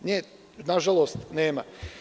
Ali, nje nažalost nema.